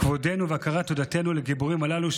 כבודנו והכרת תודתנו לגיבורים הללו,